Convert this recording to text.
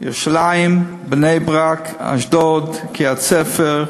ירושלים, בני-ברק, אשדוד, קריית-ספר,